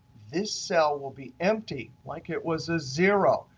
this cell will be empty like it was ah zero